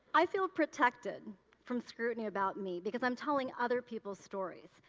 i feel protected from scoot me about me because i'm telling other people's stories.